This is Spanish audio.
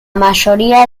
mayoría